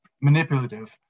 manipulative